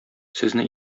сезне